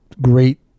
great